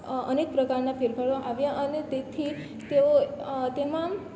અનેક પ્રકારના ફેરફારો આવ્યા અને તેથી તેઓ તેમાંમ